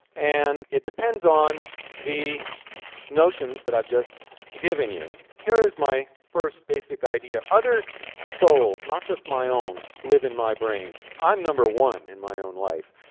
and it depends on the notions that i've just given you. here is my first basic idea. other souls, not just my own, live in my brain. i'm one in my own life.